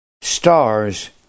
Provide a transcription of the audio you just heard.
stars